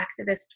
activist